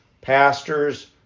pastors